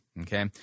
okay